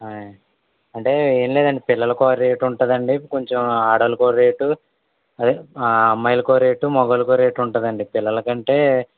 అంటే ఏమీ లేదండి పిల్లలకొక రేటు ఉంటుందండి కొంచం ఆడవాళ్ళకొక రేటు అదే అమ్మాయిలకొక రేటు మగవాళ్ళకొక రేటు ఉంటుందండి పిల్లలకి అంటే